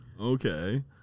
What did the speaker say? Okay